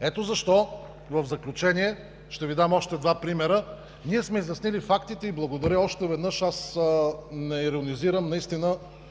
Ето защо в заключение ще Ви дам още два примера. Ние сме изяснили фактите и благодаря още веднъж – аз не иронизирам, наистина